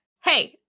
Hey